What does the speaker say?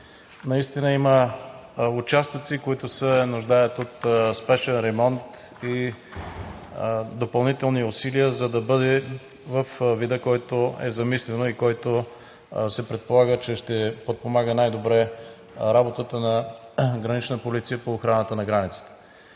Наистина има участъци, които се нуждаят от спешен ремонт и допълнителни усилия, за да бъде във вида, в който е замислено и който се предполага, че ще подпомага най-добре работата на „Гранична полиция“ по охраната на границата.